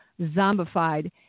zombified